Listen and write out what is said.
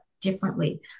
differently